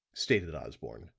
stated osborne,